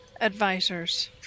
advisors